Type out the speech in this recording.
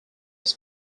was